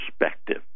perspective